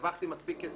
הרווחתי מספיק כסף,